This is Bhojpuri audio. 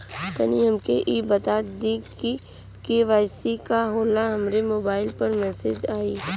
तनि हमके इ बता दीं की के.वाइ.सी का होला हमरे मोबाइल पर मैसेज आई?